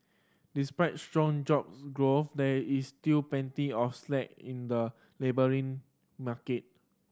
despite strong jobs growth there is still plenty of slack in the labouring market